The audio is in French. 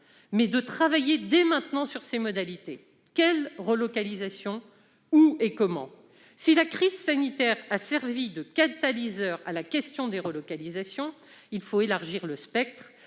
mais de travailler dès maintenant sur les modalités de la démarche : quelles relocalisations ? Où et comment ? Si la crise sanitaire a servi de catalyseur à l'examen de la question des relocalisations, il faut élargir le spectre,